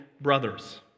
brothers